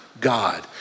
God